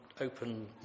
open